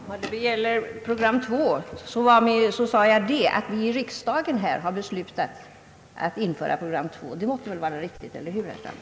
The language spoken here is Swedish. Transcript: Herr talman! Vad gäller program 2 sade jag, att riksdagen har beslutat att införa program 2. Det måste väl vara riktigt — eller hur, herr Strandberg?